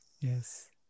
yes